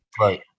Right